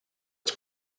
its